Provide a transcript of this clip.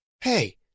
Hey